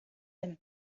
them